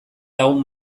lagun